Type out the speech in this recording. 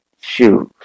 Shoes